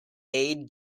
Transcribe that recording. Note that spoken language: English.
aid